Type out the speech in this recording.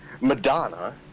Madonna